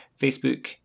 Facebook